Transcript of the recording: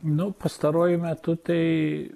nu pastaruoju metu tai